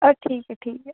हां ठीक ऐ ठीक ऐ